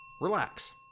relax